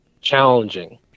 challenging